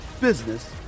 business